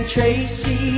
Tracy